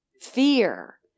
Fear